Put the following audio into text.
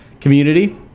community